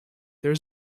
there